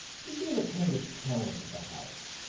he gave a kind of tone to the house.